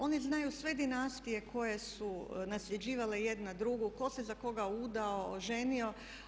Oni znaju sve dinastije koje su nasljeđivale jedna drugu, tko se za koga udao, oženio.